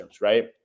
right